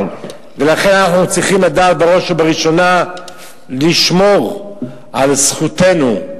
לכן אנחנו צריכים לדעת בראש ובראשונה לשמור על זכותנו,